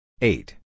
eight